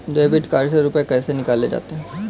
Debit card से रुपये कैसे निकाले जाते हैं?